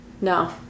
No